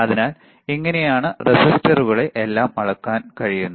അതിനാൽ ഇങ്ങനെയാണ് റെസിസ്റ്ററുകളെ എല്ലാം അളക്കാൻ കഴിയുന്നത്